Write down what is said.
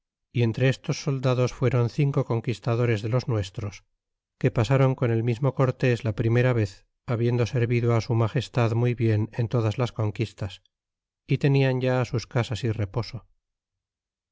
y entre estos soldados fueron cinco conquistadores de los nuestros que pasron con el mismo cortés la primera vez habiendo servido su magestad muy bien en todas las conquistas y tenian ya sus casas y reposo